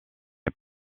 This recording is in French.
est